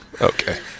Okay